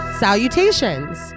salutations